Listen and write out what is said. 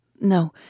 No